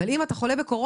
אבל אם אתה חולה בקורונה,